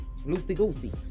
Loosey-goosey